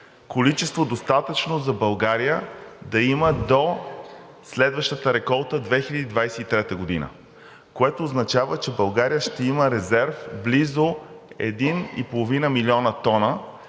количество за България, да има до следващата реколта 2023 г. Това означава, че България ще има резерв близо 1,5 млн. тона,